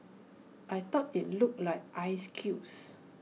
I thought IT looked like ice cubes